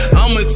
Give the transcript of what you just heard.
I'ma